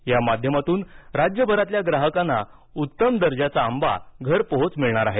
या माध्यमातून राज्यभरातील ग्राहकांना उत्तम दर्जाचा आंबा घरपोहोच मिळणार आहे